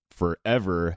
forever